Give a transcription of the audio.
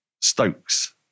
Stokes